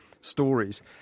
stories